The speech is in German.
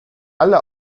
alle